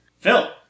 Phil